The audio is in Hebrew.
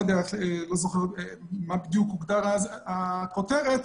לא זוכר מה בדיוק הוגדרה הכותרת,